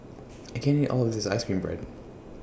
I can't eat All of This Ice Cream Bread